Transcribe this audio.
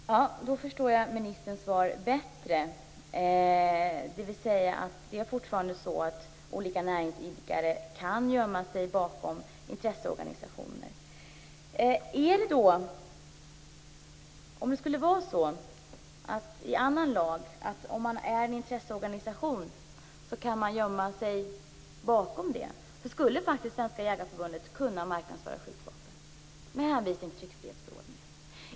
Fru talman! Då förstår jag ministerns svar bättre. Det är alltså fortfarande så att olika näringsidkare kan gömma sig bakom intresseorganisationer. Om detsamma gällde andra lagar skulle faktiskt Svenska Jägareförbundet kunna marknadsföra skjutvapen med hänvisning till tryckfrihetsförordningen.